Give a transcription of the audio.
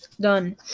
done